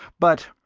but,